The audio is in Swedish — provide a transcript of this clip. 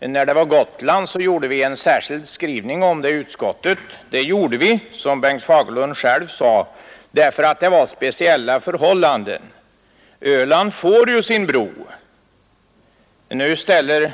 Beträffande Gotland gjorde vi en särskild skrivning i utskottet därför att det, som Bengt Fagerlund själv sade, förelåg speciella förhållanden — Öland får ju sin bro. Nu ställer